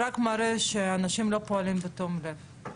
ראוי שהמדינה תיזום ותתפעל בית ספר לשחיטה.